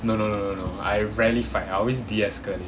no no no no I rarely fight I always de-escalate